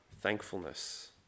thankfulness